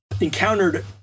encountered